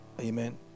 Amen